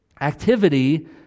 activity